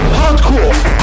hardcore